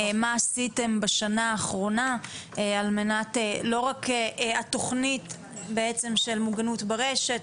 מה עשיתם בשנה האחרונה על מנת לא רק התכנית בעצם של מוגנות ברשת,